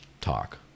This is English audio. talk